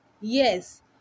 yes